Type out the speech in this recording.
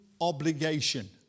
obligation